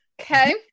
Okay